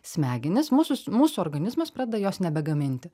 smegenis mūsų s mūsų organizmas pradeda jos nebegaminti